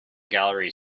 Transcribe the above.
gallery